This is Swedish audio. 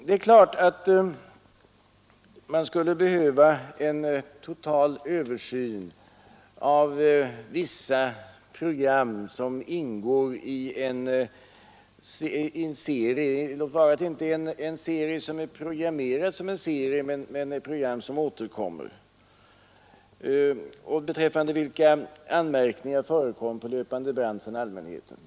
Det är klart att man skulle behöva en total översyn av vissa program som återkommer, låt vara att de inte är programmerade som en serie, och beträffande vilka anmärkningar från allmänheten förekommer på löpande band.